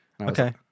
Okay